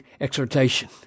exhortation